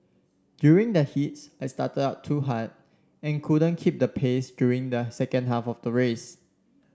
during the heats I started out too hard and couldn't keep the pace during the second half of the race